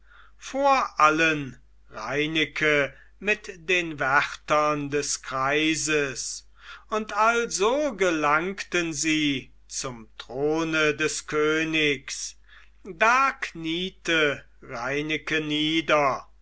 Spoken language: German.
vor allen reineke mit den wärtern des kreises und so gelangten sie zum throne des königs da kniete reineke nieder